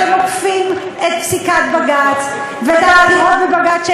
אתם עוקפים את פסיקת בג"ץ ואת האמירות בבג"ץ,